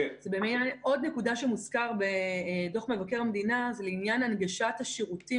עוד נקודה שמוזכרת בדוח מבקר המדינה והיא לעניין הנגשת השירותים